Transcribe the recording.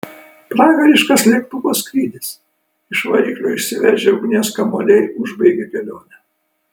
pragariškas lėktuvo skrydis iš variklio išsiveržę ugnies kamuoliai užbaigė kelionę